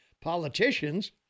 politicians